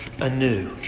anew